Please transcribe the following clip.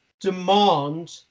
demand